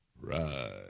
Right